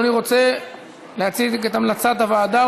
רוצה שתציג את המלצת הוועדה,